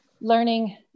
learning